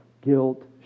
guilt